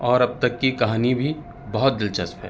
اور اب تک کی کہانی بھی بہت دلچسپ ہے